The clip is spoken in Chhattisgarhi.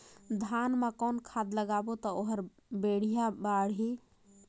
धान मा कौन खाद लगाबो ता ओहार बेडिया बाणही?